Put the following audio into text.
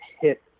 hit